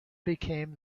became